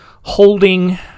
holding